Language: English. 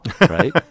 right